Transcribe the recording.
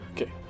Okay